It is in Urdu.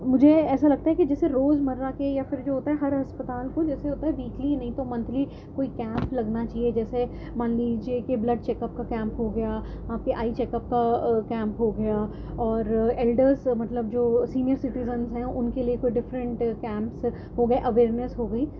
مجھے ایسا لگتا ہے کہ جیسے روزمرہ کے یا پھر جو ہوتا ہے ہر ہسپتال کو جیسے ہوتا ہے ویکلی نہیں تو منتھلی کوئی کیمپ لگنا چاہیے جیسے مان لیجیے کہ بلڈ چیک اپ کا کیمپ ہو گیا آپ کے آئی چیک اپ کا کیمپ ہو گیا اور ایلڈرس مطلب جو سینئر سٹیزنس ہیں ان کے لیے کوئی ڈفرینٹ کیمپس ہو گئے اویئرنس ہو گئی